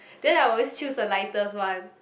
then I'll always choose the lightest one